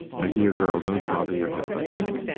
my dear girl, don't bother your head about that.